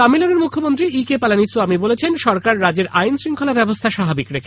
তামিলনাড়র মুখ্যমন্ত্রী ইকে পালানিস্বামী বলেছেন সরকার রাজ্যে আইন শুজ্খলা ব্যবস্থা স্বাভাবিক রেখেছে